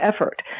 effort